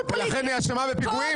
פוליטי --- לכן היא אשמה בפיגועים?